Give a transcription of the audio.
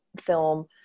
film